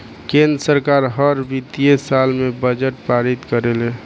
केंद्र सरकार हर वित्तीय साल में बजट पारित करेले